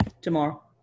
Tomorrow